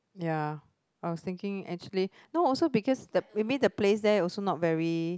ya I was thinking actually no also because the maybe the place there also not very